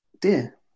dear